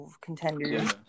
contenders